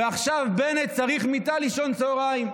ועכשיו בנט צריך מיטה לישון צוהריים.